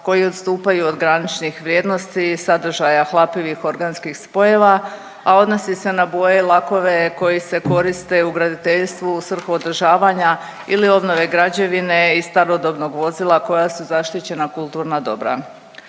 koji odstupaju od graničnih vrijednosti sadržaja hlapljivih organskih spojeva, a odnosi se na boje i lakove koji se koriste u graditeljstvu u svrhu održavanja ili obnove građevine i starodobnog vozila koja su zaštićena kulturna dobra.